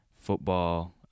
football